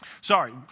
Sorry